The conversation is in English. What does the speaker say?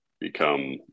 become